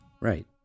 Right